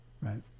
Right